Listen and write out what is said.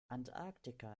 antarktika